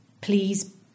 Please